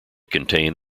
contain